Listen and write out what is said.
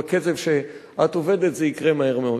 בקצב שאת עובדת זה יקרה מהר מאוד.